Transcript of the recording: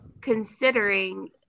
considering